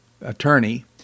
attorney